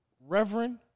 reverend